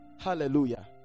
Hallelujah